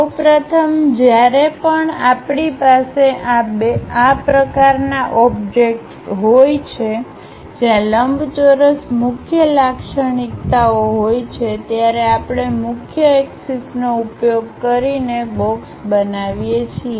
સૌ પ્રથમ જ્યારે પણ આપણી પાસે આ પ્રકારના આબ્જેક્ટ્સ હોય છે જ્યાં લંબચોરસ મુખ્ય લાક્ષણિકતાઓ હોય છે ત્યારે આપણે મુખ્ય એક્સિસ નો ઉપયોગ કરીને બોક્સ બનાવીએ છીએ